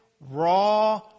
raw